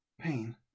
pain